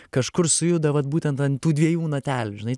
kažkur sujudo vat būtent ant tų dviejų natelių žinai